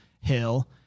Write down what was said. hill